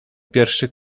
pierwszy